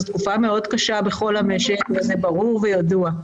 זאת תקופה מאוד קשה בכל המשק וזה ברור וידוע,